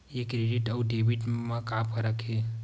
ये क्रेडिट आऊ डेबिट मा का फरक है?